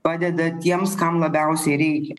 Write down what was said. padeda tiems kam labiausiai reikia